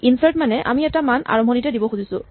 insert মানে আমি এটা মান আৰম্ভণিতে দিব খুজিছোঁ